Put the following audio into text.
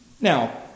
Now